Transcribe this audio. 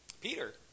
Peter